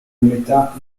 metà